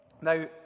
Now